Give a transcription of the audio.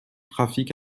trafic